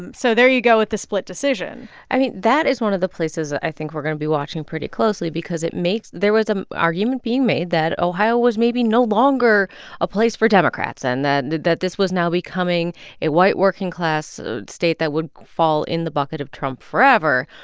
and so there you go with a split decision i mean, that is one of the places that i think we're going to be watching pretty closely because it makes there was an argument being made that ohio was maybe no longer a place for democrats and that and that this was now becoming a white, working-class state that would fall in the bucket of trump forever.